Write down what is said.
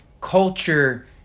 Culture